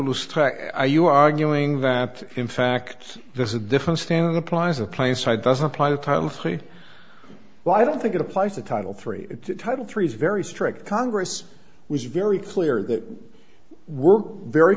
loose track i you arguing that in fact there's a different standard applies apply a side doesn't apply to title three well i don't think it applies to title three title three is very strict congress was very clear that we're very